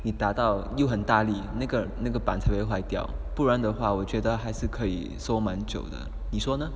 你打到又很大力那个那个板才会坏掉不然的话我觉得还是可以收蛮久的你说呢